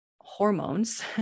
hormones